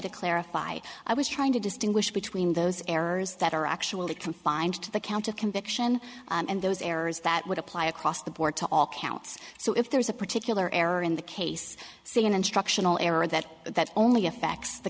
to clarify i was trying to distinguish between those errors that are actually confined to the count of conviction and those errors that would apply across the board to all counts so if there's a particular error in the case see an instructional error that that only affects the